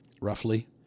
roughly